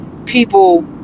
people